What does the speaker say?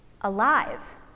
alive